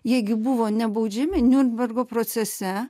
jie gi buvo nebaudžiami niurnbergo procese